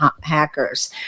hackers